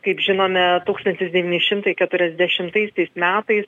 kaip žinome tūkstantis devyni šimtai keturiasdešimtaisiais metais